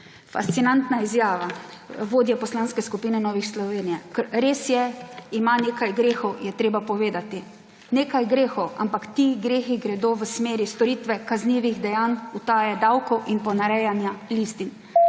Fascinantna izjava vodje Poslanske skupine Nova Slovenija: res je, ima nekaj grehov, je treba povedati. Nekaj grehov, ampak ti grehi gredo v smeri storitve kaznivih dejanj, utaje davkov in ponarejanja listin.